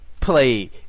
Play